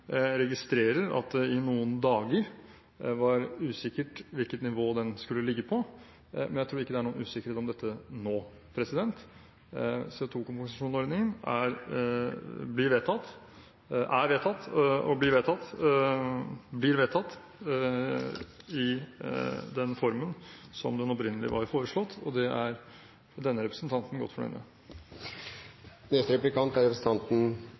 Jeg registrerer at det i noen dager var usikkerhet med tanke på hvilket nivå den skulle ligge på, men jeg tror ikke det er noen usikkerhet om dette nå. CO2-kompensasjonsordningen blir vedtatt i den formen som opprinnelig var foreslått. Det er denne representanten godt fornøyd med. Kristelig Folkeparti er